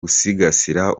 gusigasira